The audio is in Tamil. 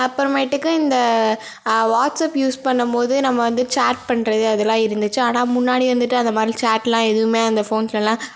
அப்புறமேட்டுக்கு இந்த வாட்ஸ்அப் யூஸ் பண்ணும் போது நம்ம வந்து சேட் பண்ணுறது அதலாம் இருந்துச்சு ஆனால் முன்னாடி வந்துட்டு அந்த மாதிரி சேட்லாம் எதுவுமே அந்த ஃபோன்ஸ்லலாம்